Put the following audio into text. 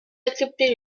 acceptez